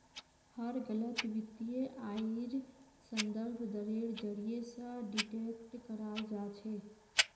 हर गलत वित्तीय आइर संदर्भ दरेर जरीये स डिटेक्ट कराल जा छेक